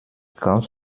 ganz